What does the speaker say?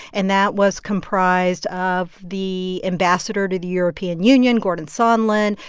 and that was comprised of the ambassador to the european union, gordon sondland,